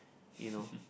you know